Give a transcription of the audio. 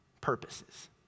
purposes